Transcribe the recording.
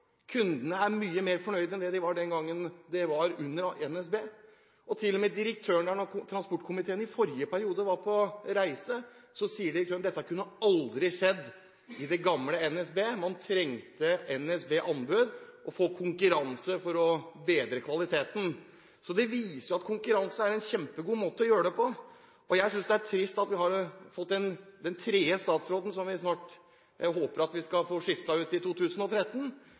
kundene er mye mer fornøyd enn de var under NSB, og til og med direktøren sa – da transportkomiteen i forrige periode var på reise – at dette kunne aldri ha skjedd med det gamle NSB, man trengte NSB Anbud og få konkurranse for å bedre kvaliteten. Det viser at konkurranse er en kjempegod måte å gjøre det på, og jeg synes det er trist at den tredje statsråden – som jeg håper vi skal få skiftet ut i 2013